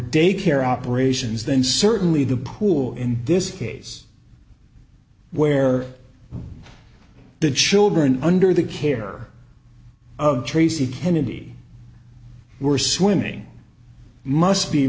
daycare operations then certainly the pool in this case where the children under the care of tracy kennedy were swimming must be